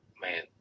man